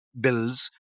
bills